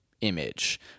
image